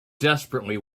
desperately